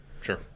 Sure